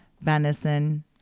venison